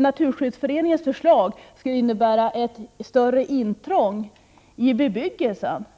Naturskyddsföreningens förslag skulle innebära ett större intrång i bebyggelsen.